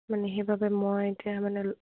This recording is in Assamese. মানে সেইবাবে মই এতিয়া মানে